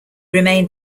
remained